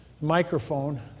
Microphone